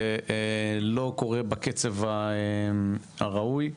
ולא קורה בקצב הראוי,